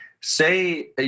say